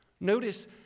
Notice